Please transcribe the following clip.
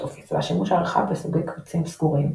אופיס והשימוש הרחב בסוגי קבצים סגורים,